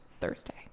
Thursday